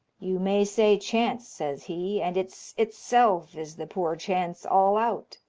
you may say chance, says he, and it's itself is the poor chance all out.